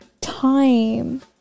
time